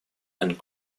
and